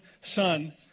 son